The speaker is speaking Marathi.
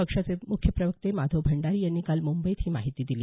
पक्षाचे मुख्य प्रवक्ते माधव भंडारी यांनी काल मुंबईत दिली